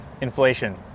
Inflation